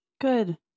Good